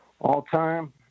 All-time